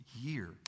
year